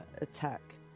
attack